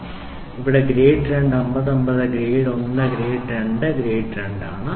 അതിനാൽ ഇവിടെ grade 2 50 50 grade 2 grade 1 grade 2 grade 0 grade 2 എന്നിവയ്ക്ക് നൽകിയിരിക്കുന്നു